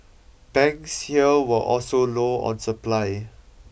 banks here were also low on supply